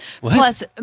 plus